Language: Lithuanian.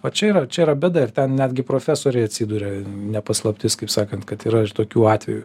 o čia yra čia yra bėda ir ten netgi profesoriai atsiduria ne paslaptis kaip sakant kad yra ir tokių atvejų